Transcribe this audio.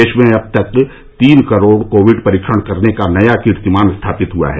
देश में अब तक तीन करोड़ कोविड परीक्षण करनेका नया कीर्तिमान स्थापित हुआ है